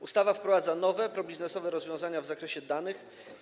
Ustawa wprowadza nowe, probiznesowe rozwiązania w zakresie danych.